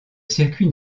circuit